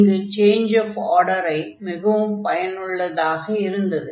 இங்கு change of order மிகவும் பயனுள்ளதாக இருந்தது